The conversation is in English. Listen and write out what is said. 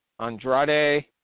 Andrade